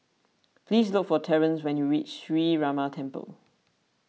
please look for Terrence when you reach Sree Ramar Temple